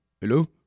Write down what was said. Hello